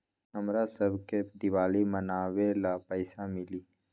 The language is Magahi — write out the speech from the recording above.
हमरा शव के दिवाली मनावेला पैसा मिली?